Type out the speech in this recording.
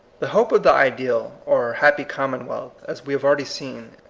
the hope of the ideal or happy common wealth, as we have already seen,